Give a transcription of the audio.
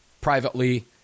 privately